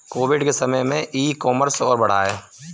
Covid के समय में ई कॉमर्स और बढ़ा है